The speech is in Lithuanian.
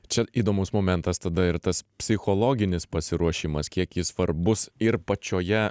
čia įdomus momentas tada ir tas psichologinis pasiruošimas kiek jis svarbus ir pačioje